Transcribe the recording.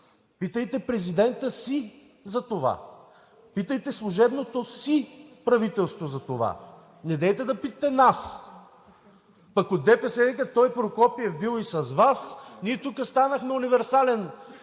Питайте президента си за това! Питайте служебното си правителство за това! Недейте да питате нас! Пък от ДПС викат – той Прокопиев бил и с Вас. Ние тук станахме универсален